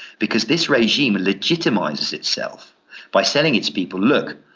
because this regime legitimises itself by selling its people, look,